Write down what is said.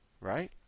right